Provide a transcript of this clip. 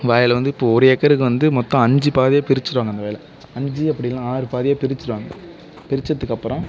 வயலில் வந்து இப்போ ஒரு ஏக்கருக்கு வந்து மொத்தம் அஞ்சு பாதியாக பிரித்திருவாங்க அந்த வயலை அஞ்சு அப்படி இல்லைன்னா ஆறு பாதியாக பிரித்திருவாங்க பிரித்தத்துக்கு அப்புறம்